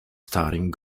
starting